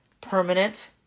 permanent